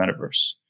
metaverse